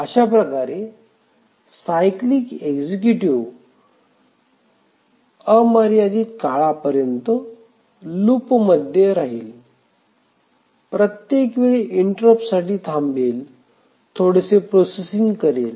अश्या प्रकारे cyclic executive अमर्यादित काळापर्यंत लूपमध्ये राहील प्रत्येक वेळी इंटररुप्त साठी थांबेल थोडेसे प्रोसेसिंग करेल